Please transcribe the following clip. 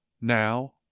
Now